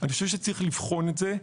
אני חושב שצריך לבחון את זה.